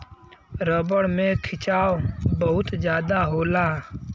rubber में खिंचाव बहुत जादा होला